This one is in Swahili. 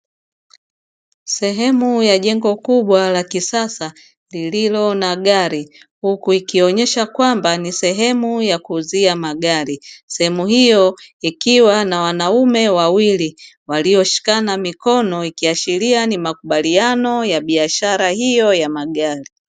Sehemu ya jengo kubwa la kisasa lililo na gari, huku ikionyesha kwamba ni sehemu ya kuuzia magari sehemu hiyo ikiwa na wanaume wawili walioshikana mikono, ikiashiria ni makubaliano ya biashara hiyo ya magari.